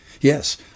Yes